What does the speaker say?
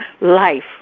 life